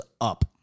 up